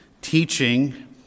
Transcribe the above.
teaching